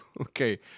Okay